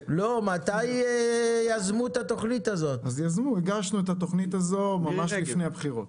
הגשנו את התוכנית הזו ממש לפני הבחירות,